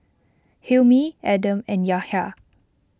Hilmi Adam and Yahya